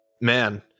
man